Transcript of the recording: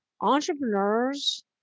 entrepreneurs